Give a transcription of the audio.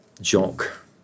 Jock